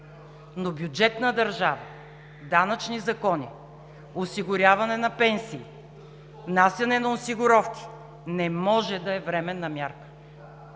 в бюджетна държава данъчни закони, осигуряване на пенсии, внасяне на осигуровки не може да е временна мярка.